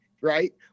right